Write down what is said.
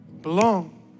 belong